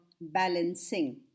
balancing